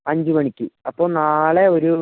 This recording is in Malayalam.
അഞ്ച് മണിക്ക് അപ്പം നാളെ ഒരൂ